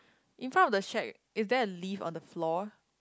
in front of the shack is there a leaf on the floor